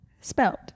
spelled